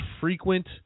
frequent